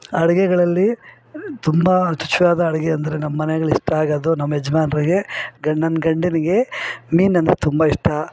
ಅಡುಗೆಗಳಲ್ಲಿ ತುಂಬ ರುಚಿ ರುಚಿಯಾದ ಅಡುಗೆ ಅಂದರೆ ನಮ್ಮಮನೆಗ್ಳು ಇಷ್ಟ ಆಗೋದು ನಮ್ಮ ಯಜಮಾನ್ರಿಗೆ ಗಂಡನ ನನ್ನ ಗಂಡನಿಗೆ ಮೀನಂದರೆ ತುಂಬ ಇಷ್ಟ